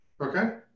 Okay